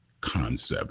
concept